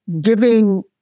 giving